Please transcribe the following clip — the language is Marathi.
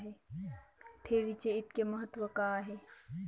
ठेवीचे इतके महत्व का आहे?